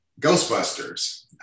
Ghostbusters